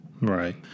Right